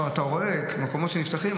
אתה רואה מקומות שנפתחים,